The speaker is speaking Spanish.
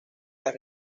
las